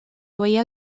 obeir